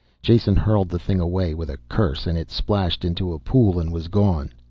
jason hurled the thing away with a curse, and it splashed into a pool and was gone.